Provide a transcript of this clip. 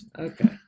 Okay